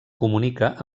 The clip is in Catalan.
comunica